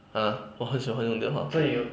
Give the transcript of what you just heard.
!huh! 我很喜欢用电话